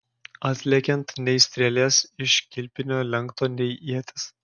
atlekiant nei strėlės iš kilpinio lenkto nei ieties